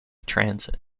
transit